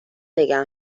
نگه